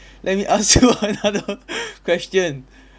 let me ask you another question